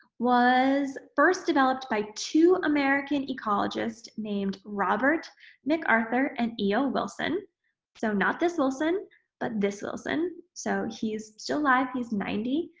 was first developed by two american ecologist named robert macarthur and e o. wilson so not this wilson but this wilson. so, he's still alive, he's ninety,